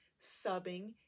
subbing